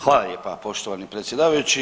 Hvala lijepa poštovani predsjedavajući.